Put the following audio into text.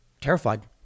terrified